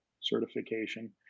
certification